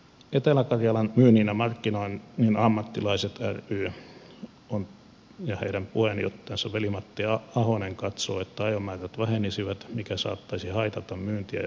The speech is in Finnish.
etelä karjalan myynnin ja markkinoinnin ammattilaiset ry ja heidän puheenjohtajansa veli matti ahonen katsovat että ajomäärät vähenisivät mikä saattaisi haitata myyntiä ja markkinointia